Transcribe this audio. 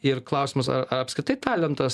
ir klausimas ar ar apskritai talentas